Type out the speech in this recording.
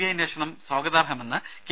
I അന്വേഷണം സ്വാഗതാർഹമെന്ന് K